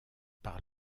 par